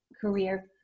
career